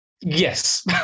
Yes